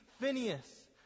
Phineas